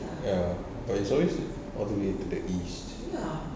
ya but it's always all the way to the east